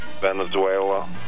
Venezuela